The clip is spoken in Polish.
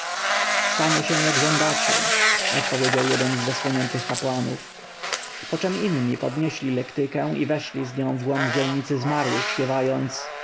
stanie się jak żądacie odpowiedział jeden z zasłoniętych kapłanów poczem inni podnieśli lektykę i weszli z nią w głąb dzielnicy zmarłych śpiewając